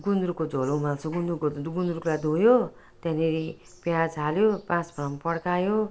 गुन्द्रुकको झोल उमाल्छु गुन्द्रुक त्यो गुन्द्रुकलाई धोयो त्यहाँनेरि प्याज हाल्यो पाँच फोरन पड्कायो